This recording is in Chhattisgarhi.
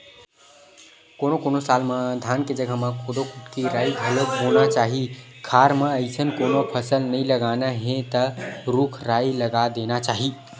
कोनो कोनो साल म धान के जघा म कोदो, कुटकी, राई घलोक बोना चाही खार म अइसन कोनो फसल नइ लगाना हे त रूख राई लगा देना चाही